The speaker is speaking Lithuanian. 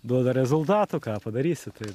duoda rezultatų ką padarysi tai